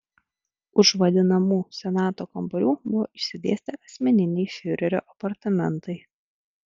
už vadinamų senato kambarių buvo išsidėstę asmeniniai fiurerio apartamentai